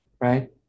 right